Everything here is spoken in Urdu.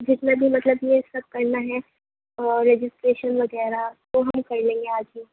جس میں بھی مطلب یہ سب کرنا ہے اور رجسٹریشن وغیرہ وہ ہم کر لیں گے آج ہی